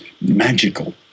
magical